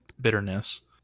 bitterness